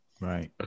Right